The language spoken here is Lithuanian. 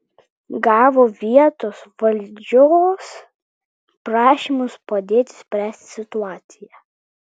gavo vietos valdžios prašymus padėti spręsti situaciją